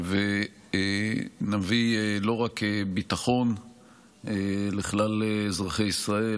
ונביא לא רק ביטחון לכלל אזרחי ישראל,